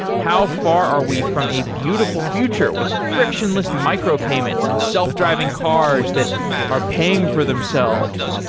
how far are we from a beautiful future with frictionless micro-payments and self-driving cars that are paying for themselves?